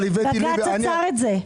בג"ץ עצר את זה.